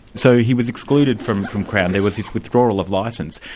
so he was excluded from from crown, there was this withdrawal of licence.